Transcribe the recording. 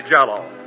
Jell-O